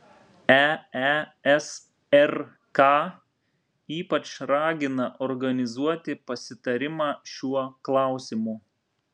eesrk ypač ragina organizuoti pasitarimą šiuo klausimu